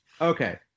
okay